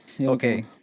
Okay